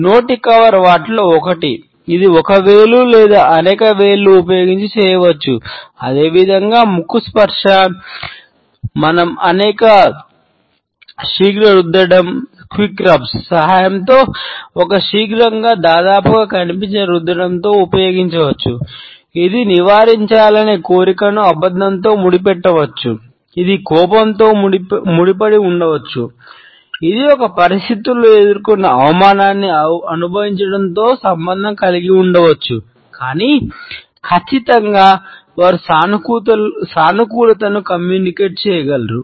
నోటి కవర్ చేయరు